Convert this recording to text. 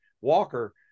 Walker